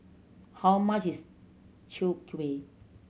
how much is Chwee Kueh